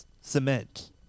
cement